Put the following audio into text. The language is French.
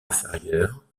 inférieur